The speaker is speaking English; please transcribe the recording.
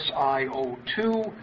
SiO2